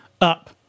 up